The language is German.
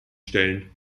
stellen